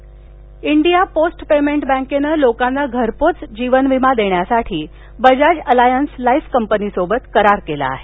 पोरुटबँक India post payment बँकेनं लोकांना घरपोहोच जीवन विमा देण्यासाठी बजाज अलायंन्स लाईफ कंपनीसोबत करार केला आहे